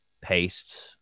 paste